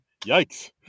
Yikes